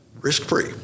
risk-free